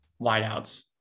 wideouts